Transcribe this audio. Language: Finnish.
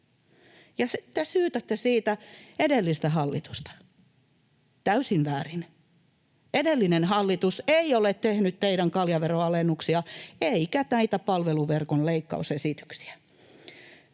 Te syytätte siitä edellistä hallitusta — täysin väärin. [Ritva Elomaan välihuuto] Edellinen hallitus ei ole tehnyt teidän kaljaveron alennuksianne eikä näitä palveluverkon leikkausesityksiä.